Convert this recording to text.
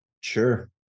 Sure